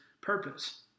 purpose